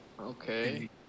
Okay